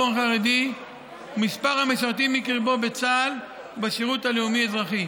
החרדי במספר המשרתים מקרבו בצה"ל ובשירות הלאומי-אזרחי.